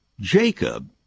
Jacob